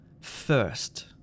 First